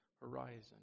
horizon